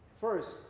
First